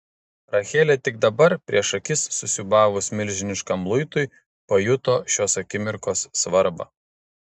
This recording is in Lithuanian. rachelė tik dabar prieš akis susiūbavus milžiniškam luitui pajuto šios akimirkos svarbą